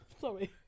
sorry